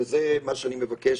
וזה מה שאני מבקש